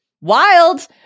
wild